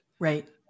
right